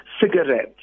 cigarettes